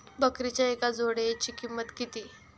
बकरीच्या एका जोडयेची किंमत किती?